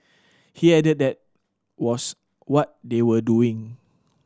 he added that was what they were doing